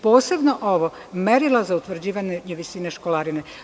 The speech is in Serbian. Posebno ovo, merila za utvrđivanje visine školarine.